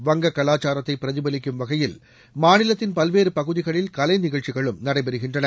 வங்க கலாச்சாரத்தை பிரதிபலிக்கும் வகையில் மாநிலத்தின் பல்வேறு பகுதிகளில் கலை நிகழ்ச்சிகளும் நடைபெறுகின்றன